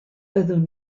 byddwn